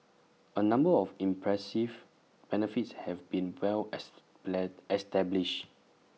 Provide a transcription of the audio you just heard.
A number of impressive benefits have been well as bled established